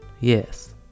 Yes